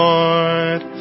Lord